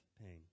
pain